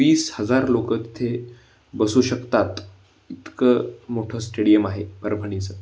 वीस हजार लोक तिथे बसू शकतात इतकं मोठं स्टेडियम आहे परभणीचं